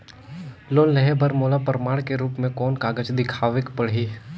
Loan लेहे बर मोला प्रमाण के रूप में कोन कागज दिखावेक पड़ही?